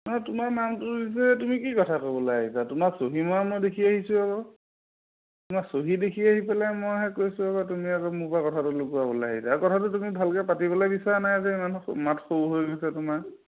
নাই তোমাৰ নামটো দিছে তুমি কি কথা ক'বলৈ আহিছা তোমাৰ চহী মৰা মই দেখি আহিছোঁ আকৌ তোমাৰ চহী দেখি আহি পেলাই মইহে কৈছোঁ আকৌ তুমি আকৌ মোৰপৰা কথাটো লুকুৱাবলৈ আহিছে আৰু কথাটো তুমি ভালকৈ পাতিবলৈ বিচৰা নাই যে ইমান মাত সৰু হৈ গৈছে তোমাৰ